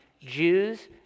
Jews